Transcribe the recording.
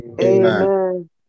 Amen